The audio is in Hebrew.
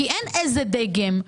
ולא חשוב איזה דגם,